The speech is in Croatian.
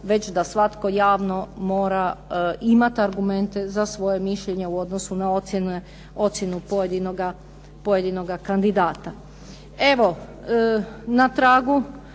već da svatko javno mora imati argumente za svoje mišljenje u odnosu na ocjenu pojedinoga kandidata. Evo, na tragu